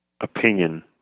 opinion